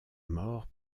mort